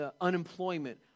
unemployment